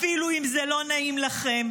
אפילו אם זה לא נעים לכם.